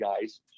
guys